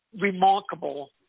remarkable